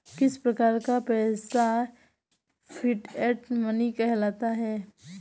किस प्रकार का पैसा फिएट मनी कहलाता है?